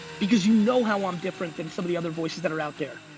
because you know how i'm different than some of the other voices that are out there.